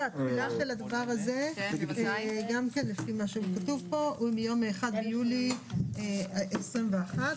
התחילה של זה היא ביום אחד ביולי 21',